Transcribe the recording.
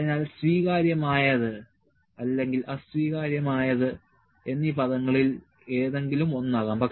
അതിനാൽ സ്വീകാര്യമായത് അല്ലെങ്കിൽ അസ്വീകാര്യമായത് എന്നീ പദങ്ങളിൽ ഏതെങ്കിലും ഒന്നാകാം